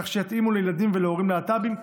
כך שיתאימו לילדים ולהורים להט"בים.